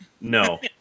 No